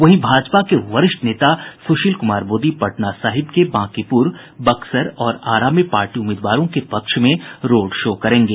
वहीं भाजपा के वरिष्ठ नेता सुशील कुमार मोदी पटना साहिब के बांकीपूर बक्सर और आरा में पार्टी उम्मीदवारों के पक्ष में रोड शो करेंगे